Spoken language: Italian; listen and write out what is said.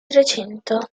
trecento